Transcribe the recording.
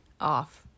off